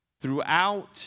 Throughout